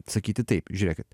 sakyti taip žiūrėkit